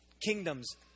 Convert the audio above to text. kingdoms